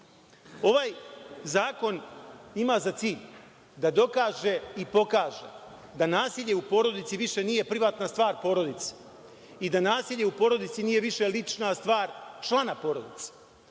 zakon ima za cilj da dokaže i pokaže da nasilje u porodici više nije privatna stvar porodice i da nasilje u porodici nije više lična stvar člana porodice.